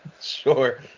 Sure